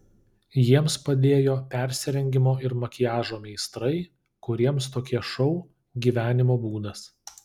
jiems padėjo persirengimo ir makiažo meistrai kuriems tokie šou gyvenimo būdas